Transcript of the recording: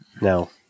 No